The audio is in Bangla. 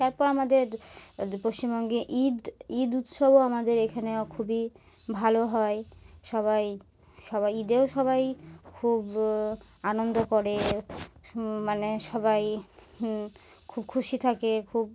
তারপর আমাদের পশ্চিমবঙ্গে ঈদ ঈদ উৎসবও আমাদের এখানেও খুবই ভালো হয় সবাই সবাই ঈদেও সবাই খুব আনন্দ করে মানে সবাই খুব খুশি থাকে খুব